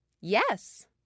Yes